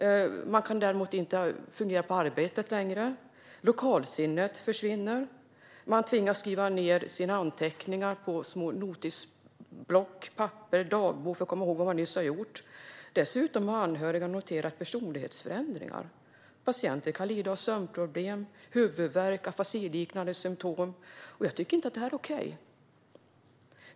Man kan inte längre fungera på arbetet. Lokalsinnet försvinner. Man tvingas skriva anteckningar på små notisblock och papper och skriva dagbok för att komma ihåg vad man nyss har gjort. Dessutom har anhöriga noterat personlighetsförändringar. Patienter kan lida av sömnproblem, huvudvärk och afasiliknande symtom. Jag tycker inte att detta är okej.